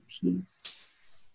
peace